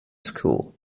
school